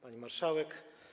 Pani Marszałek!